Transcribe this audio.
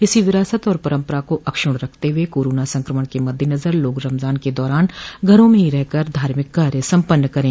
इसी विरासत और परम्परा को अक्षुण्ण रखते हुए कोरोना संक्रमण के मद्देनजर लोग रमज़ान के दौरान घर में ही रहकर धार्मिक कार्य सम्पन्न करें